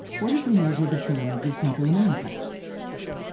what if we measured the pyramids of central america?